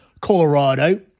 Colorado